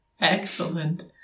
Excellent